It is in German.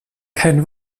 kein